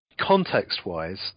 Context-wise